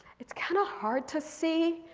it's kind of hard to see.